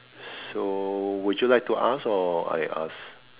so would you like to ask or I ask